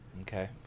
Okay